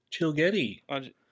Chilgetty